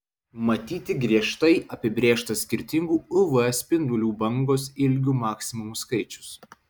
matyti griežtai apibrėžtas skirtingų uv spindulių bangos ilgių maksimumų skaičius